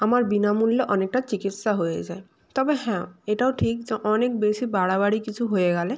আমার বিনামূল্যে অনেকটা চিকিৎসা হয়ে যায় তবে হ্যাঁ এটাও ঠিক যে অনেক বেশি বাড়াবাড়ি কিছু হয়ে গেলে